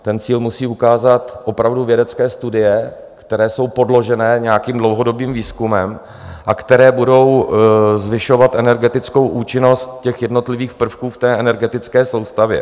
Ten cíl musí ukázat opravdu vědecké studie, které jsou podložené nějakým dlouhodobým výzkumem a které budou zvyšovat energetickou účinnost jednotlivých prvků v energetické soustavě.